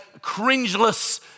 cringeless